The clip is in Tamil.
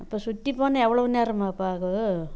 இப்போ சுற்றி போனால் எவ்வளவு நேரமாப்பா ஆகும்